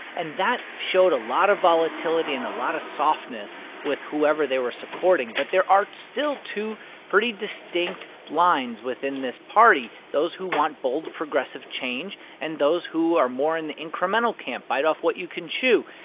and that showed a lot of volatility and a lot of softness with whoever they were supporting. but there are still two pretty distinct lines within this party those who want bold, progressive change and those who are more in the incremental incremental camp bite off what you can chew.